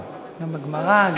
בגמרא.